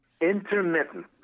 Intermittent